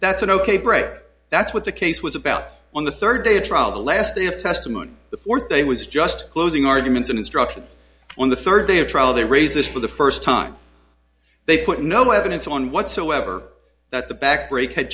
that's an ok break that's what the case was about on the third day of trial the last day of testimony the fourth day was just closing arguments and instructions on the third day of trial they raised this for the first time they put no evidence on whatsoever that the back brake had